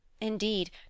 Indeed